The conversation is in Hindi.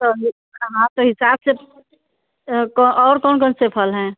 तो हाँ तो हिसाब से और कौन कौन से फल हैं